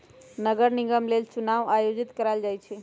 नगर निगम लेल चुनाओ आयोजित करायल जाइ छइ